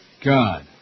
God